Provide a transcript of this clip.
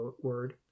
word